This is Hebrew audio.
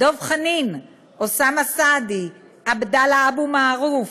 דב חנין, אוסאמה סעדי, עבדאללה אבו מערוף,